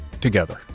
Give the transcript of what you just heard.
together